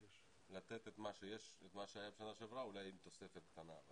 לתת את מה שהיה בשנה שעברה אולי עם תוספת קטנה.